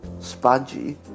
spongy